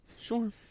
Sure